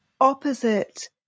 opposite